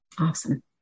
Awesome